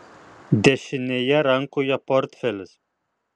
dešinėje rankoje portfelis